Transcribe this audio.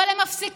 אבל הם מפסיקים.